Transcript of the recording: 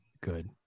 good